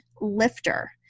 lifter